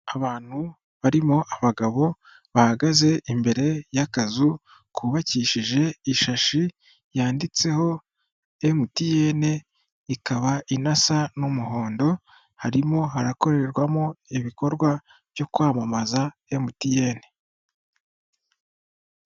Abantu barimo abagabo bahagaze imbere y'akazu kubabakishije ishashi yanditseho Emutiyeni ikaba inasa n'umuhondo harimo hakorerwamo ibikorwa byo kwamamaza Emutiyeni.